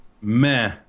Meh